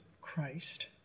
Christ